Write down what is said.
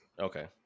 okay